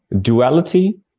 duality